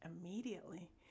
immediately